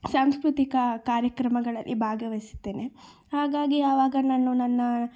ಸಾಂಸ್ಕೃತಿಕ ಕಾರ್ಯಕ್ರಮಗಳಲ್ಲಿ ಭಾಗವಹಿಸುತ್ತೇನೆ ಹಾಗಾಗಿ ಆವಾಗ ನಾನು ನನ್ನ